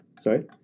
Sorry